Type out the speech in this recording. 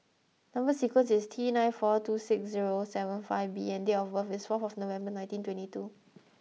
number sequence is T nine four two six zero seven five B and date of birth is four November nineteen twenty two